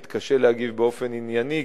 אני מתקשה להגיב באופן ענייני,